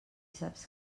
saps